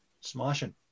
Smashing